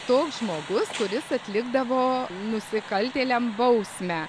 toks žmogus kuris atlikdavo nusikaltėliam bausmę